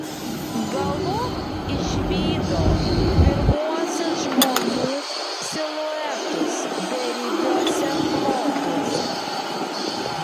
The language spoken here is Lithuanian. galop išvydo pirmuosius žmonių siluetus beribiuose plotuose